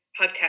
podcast